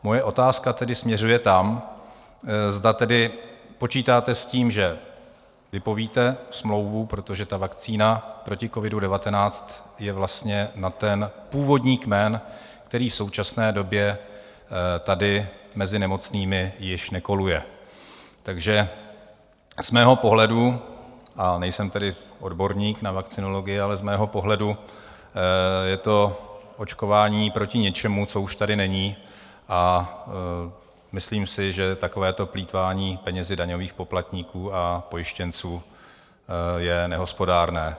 Moje otázka tedy směřuje tam, zda tedy počítáte s tím, že vypovíte smlouvu, protože ta vakcína proti covidu19 je vlastně na ten původní kmen, který v současné době tady mezi nemocnými již nekoluje, takže z mého pohledu a nejsem tedy odborník na vakcinologii, ale z mého pohledu je to očkování proti něčemu, co už tady není, a myslím si, že takovéto plýtvání penězi daňových poplatníků a pojištěnců je nehospodárné.